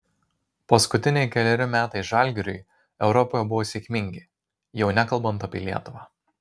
paskutiniai keleri metai žalgiriui europoje buvo sėkmingai jau nekalbant apie lietuvą